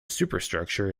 superstructure